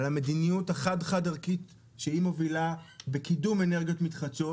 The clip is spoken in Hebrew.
על המדיניות החד חד ערכית שהיא מובילה בקידום אנרגיות מתחדשות,